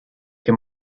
him